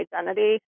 identity